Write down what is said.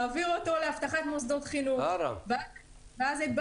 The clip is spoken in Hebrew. זה מאוד